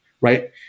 right